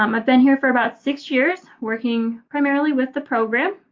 um i've been here for about six years working primarily with the program.